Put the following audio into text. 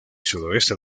sudoeste